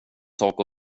sak